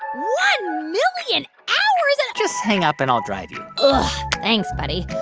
one million hours? and just hang up, and i'll drive you thanks, buddy.